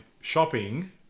shopping